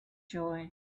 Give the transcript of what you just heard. joy